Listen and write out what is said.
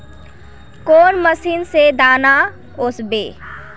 कौन मशीन से दाना ओसबे?